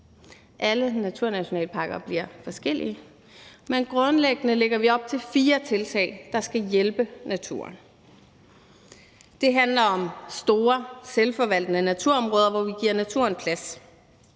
Alle naturnationalparker bliver forskellige, men grundlæggende lægger vi op til fire tiltag, der skal hjælpe naturen. Det handler om store selvforvaltende naturområder, hvor vi giver naturen plads,